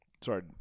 Sorry